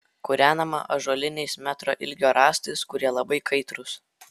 kūrenama ąžuoliniais metro ilgio rąstais kurie labai kaitrūs